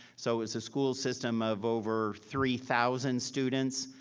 so it was a school system of over three thousand students.